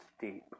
Deep